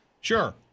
Sure